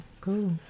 Cool